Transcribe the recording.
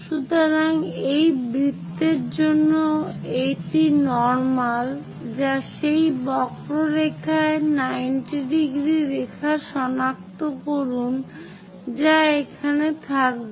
সুতরাং এই বৃত্তের জন্য এটি নর্মাল যা সেই বক্ররেখায় 90° রেখা সনাক্ত করুন যা এখানে থাকবে